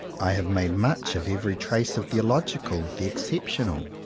i have made much of every trace of the illogical, the exceptional,